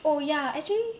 oh ya actually